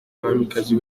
mwamikazi